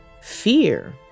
Fear